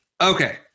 okay